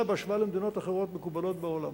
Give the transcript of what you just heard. בהשוואה למדינות אחרות מקובלות בעולם.